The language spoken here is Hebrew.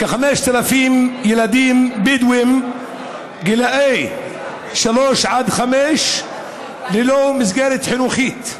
כ-5,000 ילדים בדואים בגיל שלוש עד חמש ללא מסגרת חינוכית.